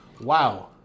Wow